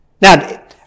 Now